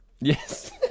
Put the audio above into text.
Yes